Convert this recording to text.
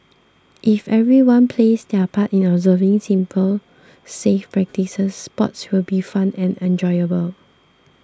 if everyone plays their part in observing simple safe practices sports will be fun and enjoyable